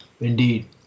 Indeed